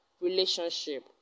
relationship